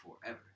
forever